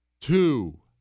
Two